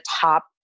top